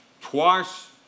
Twice